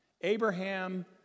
Abraham